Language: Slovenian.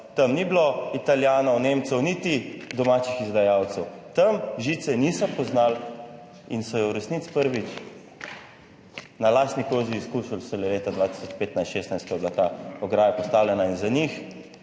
tam ni bilo Italijanov, Nemcev niti domačih izvajalcev. Tam žice niso poznali in so jo v resnici prvič na lastni koži izkusili šele leta 2015, 2016 ko je bila ta ograja postavljena in za njih